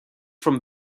from